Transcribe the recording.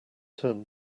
turn